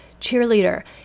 cheerleader